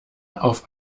auf